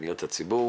לפניות הציבור